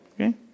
Okay